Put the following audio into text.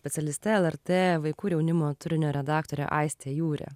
specialiste lrt vaikų ir jaunimo turinio redaktore aiste jūre